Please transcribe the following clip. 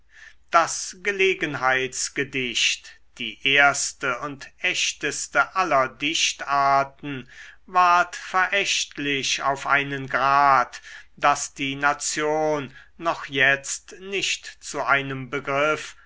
das gelegenheitsgedicht die erste und echteste aller dichtarten ward verächtlich auf einen grad daß die nation noch jetzt nicht zu einem begriff